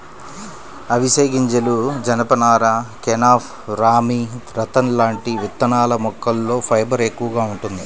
అవిశె గింజలు, జనపనార, కెనాఫ్, రామీ, రతన్ లాంటి విత్తనాల మొక్కల్లో ఫైబర్ ఎక్కువగా వుంటది